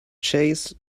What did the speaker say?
chase